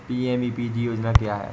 PMEPG योजना क्या है?